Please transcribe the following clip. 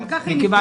וגם כך היא נפגעה.